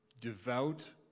devout